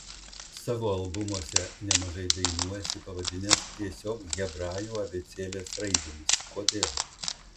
savo albumuose nemažai dainų esi pavadinęs tiesiog hebrajų abėcėlės raidėmis kodėl